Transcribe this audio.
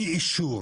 אי אישור